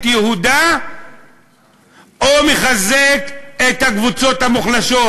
יהודה או מחזק את הקבוצות המוחלשות,